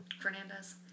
Fernandez